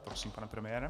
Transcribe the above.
Prosím, pane premiére.